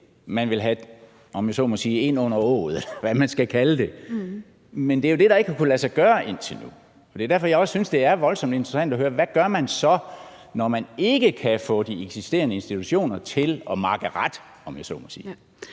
man vil have, om jeg så må sige ind under åget, eller hvad man skal kalde det. Men det er jo det, der ikke har kunnet lade sig gøre indtil nu, og det er derfor, jeg også synes, det er voldsomt interessant at høre: Hvad gør man så, når man ikke kan få de eksisterende institutioner til at, om jeg så må sige,